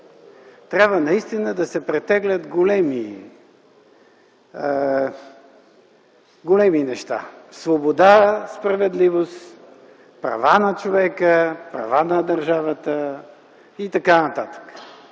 трябва наистина да се претеглят големи неща – свобода, справедливост, права на човека, права на държавата и т.н.